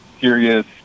serious